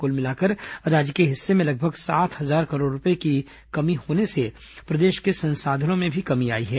कुल मिलाकर राज्य के हिस्से में लगभग सात हजार करोड़ रूपये की कमी होने से प्रदेश के संसाधनों में भी कमी आई है